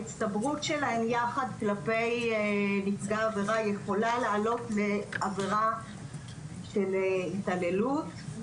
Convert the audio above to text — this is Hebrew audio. ההצטברות שלהם יחד כלפי נפגע העבירה יכולה לעלות לעבירה של התעללות.